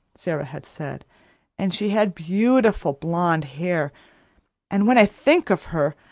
sara had said and she had beautiful blonde hair and when i think of her,